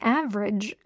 average